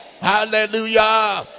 Hallelujah